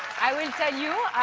i will tell you,